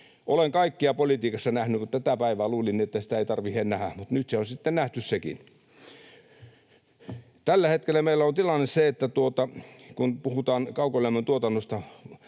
Olen kaikkea politiikassa nähnyt, mutta luulin, että tätä päivää ei tarvitse nähdä, mutta nyt on sitten nähty sekin. Tällä hetkellä meillä on tilanne se, että kun puhutaan kaukolämmön tuotannosta,